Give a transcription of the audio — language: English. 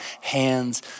hands